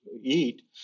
eat